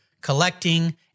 collecting